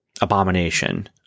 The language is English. Abomination